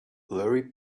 blurry